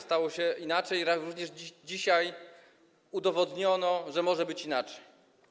Stało się inaczej, również dzisiaj udowodniono, że może być inaczej.